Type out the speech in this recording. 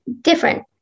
different